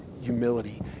humility